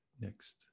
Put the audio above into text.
Next